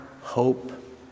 hope